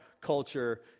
culture